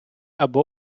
або